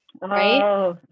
right